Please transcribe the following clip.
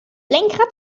lenkrad